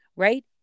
Right